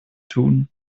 tun